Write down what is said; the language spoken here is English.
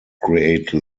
create